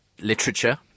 literature